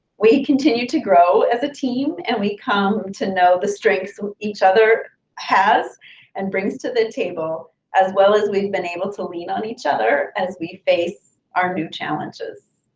we continue to grow as a team and we come to know the strengths and each other has and brings to the table as well as we have been able to lean on each other as we face our new challenges.